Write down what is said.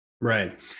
Right